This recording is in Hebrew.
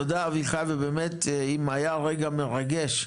תודה אביחי, ובאמת אם היה רגע מרגש,